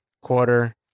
quarter